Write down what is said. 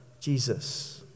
Jesus